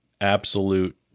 absolute